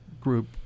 group